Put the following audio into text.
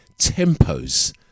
tempos